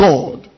God